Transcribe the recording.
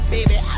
Baby